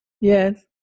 Yes